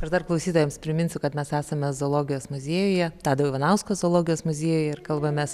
aš dar klausytojams priminsiu kad mes esame zoologijos muziejuje tado ivanausko zoologijos muziejuje ir kalbamės